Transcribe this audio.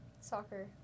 Soccer